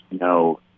no